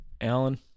Alan